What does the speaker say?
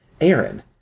Aaron